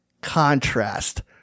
contrast